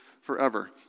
forever